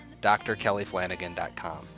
drkellyflanagan.com